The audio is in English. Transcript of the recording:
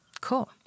Cool